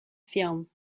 film